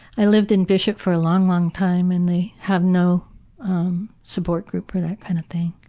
i lived in bishop for a long, long time and they have no support group or that kind of thing,